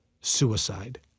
suicide